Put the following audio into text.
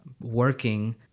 working